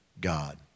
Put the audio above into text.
God